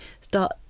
start